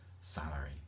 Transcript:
salary